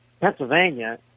Pennsylvania